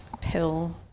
pill